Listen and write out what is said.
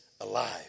alive